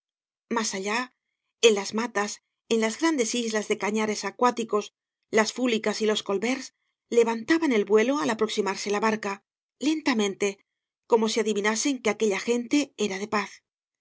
más allá en las matas en las grandes islas de cañares acuáticos las f licas y los collverts levantaban el vuelo al aproximarse la barca lentamente como si adivinasen que aquella gente era de paz